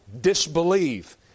disbelieve